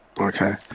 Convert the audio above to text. Okay